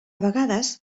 vegades